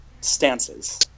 stances